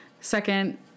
Second